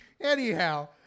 Anyhow